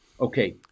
Okay